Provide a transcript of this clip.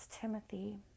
Timothy